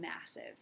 massive